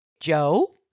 Joe